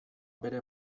bere